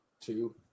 Two